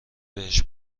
بهش